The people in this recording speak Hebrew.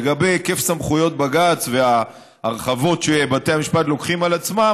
לגבי היקף סמכויות בג"ץ וההרחבות שבתי המשפט לוקחים על עצמם,